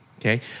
okay